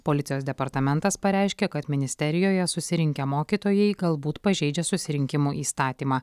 policijos departamentas pareiškė kad ministerijoje susirinkę mokytojai galbūt pažeidžia susirinkimų įstatymą